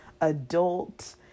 adult